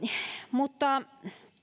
mutta